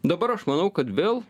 dabar aš manau kad vėl